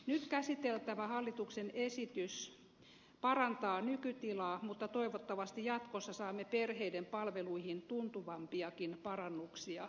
nyt käsiteltävä hallituksen esitys parantaa nykytilaa mutta toivottavasti jatkossa saamme perheiden palveluihin tuntuvampiakin parannuksia